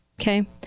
Okay